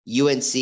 UNC